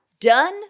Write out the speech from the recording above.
done